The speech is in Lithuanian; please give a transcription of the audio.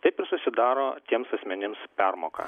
taip ir susidaro tiems asmenims permoka